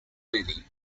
lady